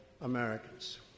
Americans